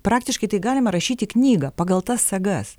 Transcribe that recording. praktiškai tai galima rašyti knygą pagal tas sagas